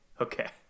Okay